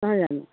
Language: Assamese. নহয় জানো